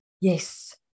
Yes